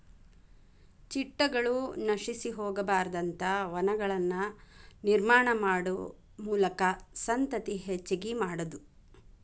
ಚಿಟ್ಟಗಳು ನಶಿಸಿ ಹೊಗಬಾರದಂತ ವನಗಳನ್ನ ನಿರ್ಮಾಣಾ ಮಾಡು ಮೂಲಕಾ ಸಂತತಿ ಹೆಚಗಿ ಮಾಡುದು